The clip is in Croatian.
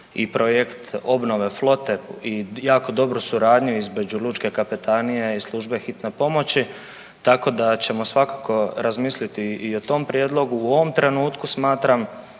i projekt obnove flote i jako dobru suradnju između lučke kapetanije i službe hitne pomoći, tako da ćemo svakako razmisliti i o tom prijedlogu. U ovom trenutku smatram